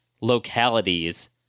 localities